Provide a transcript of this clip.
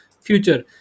future